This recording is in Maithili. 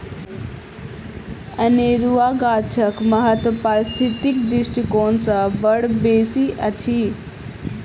अनेरुआ गाछक महत्व पारिस्थितिक दृष्टिकोण सँ बड़ बेसी अछि